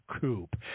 Coupe